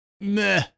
Meh